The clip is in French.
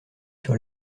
sur